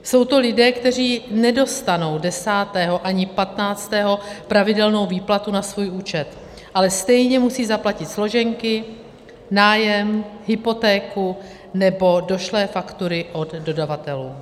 Jsou to lidé, kteří nedostanou desátého ani patnáctého pravidelnou výplatu na svůj účet, ale stejně musí zaplatit složenky, nájem, hypotéku nebo došlé faktury od dodavatelů.